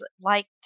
liked